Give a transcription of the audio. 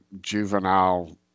juvenile